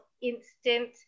instant